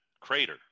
crater